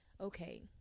Okay